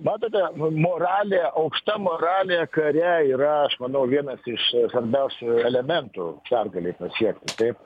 matote moralė aukšta moralė kare yra aš manau vienas iš svarbiausių elementų pergalei kiek kitaip